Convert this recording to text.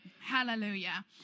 Hallelujah